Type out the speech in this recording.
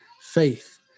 faith